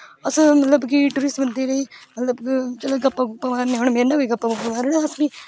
अस मतलब कि मतलब गप्प मारने ते गप्पां गुप्पां मारी ओड़ने अस बी